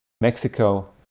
Mexico